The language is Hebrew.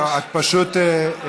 לא, את פשוט התווכחת איתו.